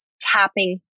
tapping